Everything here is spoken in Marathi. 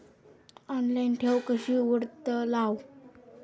ऑनलाइन ठेव कशी उघडतलाव?